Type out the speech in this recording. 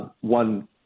one